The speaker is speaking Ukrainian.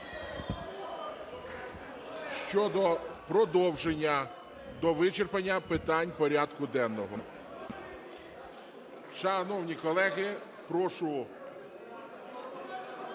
щодо продовження до вичерпання питань порядку денного.